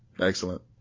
Excellent